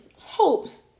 hopes